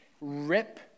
rip